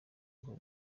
ngo